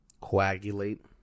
Coagulate